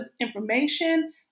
information